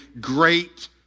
great